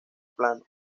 plano